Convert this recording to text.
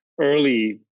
early